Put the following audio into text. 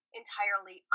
entirely